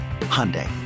Hyundai